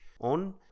on